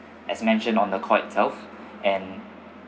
as mentioned on the itself and